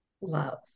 love